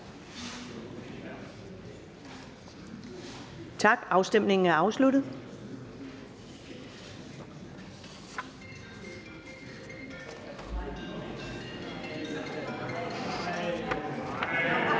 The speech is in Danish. Tak. Afstemningen er afsluttet.